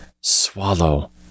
swallow